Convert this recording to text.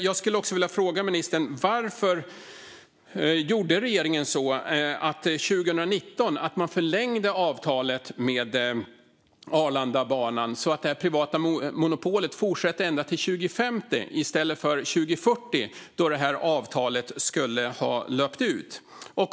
Jag skulle också vilja fråga ministern varför regeringen gjorde så 2019 att man förlängde avtalet med A-Train så att det här privata monopolet fortsätter ända till 2050 i stället för till 2040 då avtalet skulle ha löpt ut.